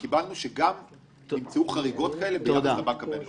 נאמר לנו שנמצאו חריגות כאלה גם ביחס לבנק הבינלאומי.